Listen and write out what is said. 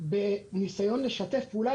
בניסיון לשתף פעולה,